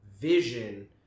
vision